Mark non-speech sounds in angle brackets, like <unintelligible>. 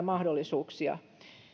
<unintelligible> mahdollisuuksia